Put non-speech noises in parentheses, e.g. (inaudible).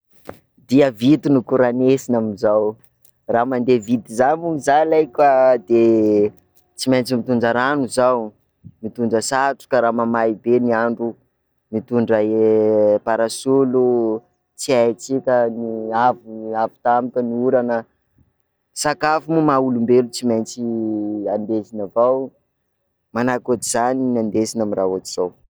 Dia vity no koranesiny amin'zao, raha mande vity zany moa zaho ley koa de tsy maintsy mitondra rano zaho, mitondra satroka raha mamay be ny andro, mitondra e' (hesitation) parasolo tsy haitsika ny afo- avy tampoka ny orana, sakafo moa maha-olombelo tsy maintsy (hesitation) andesina avao, manahaky ohatr'izany no andesina amin'ny raha ohatr'izao.